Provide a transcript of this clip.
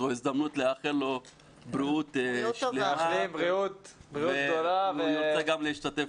זו הזדמנות לאחל לו בריאות שלמה והוא ירצה גם להשתתף